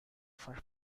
far